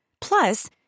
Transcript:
Plus